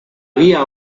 via